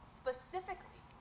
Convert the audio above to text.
specifically